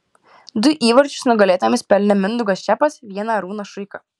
du įvarčius nugalėtojams pelnė mindaugas čepas vieną arūnas šuika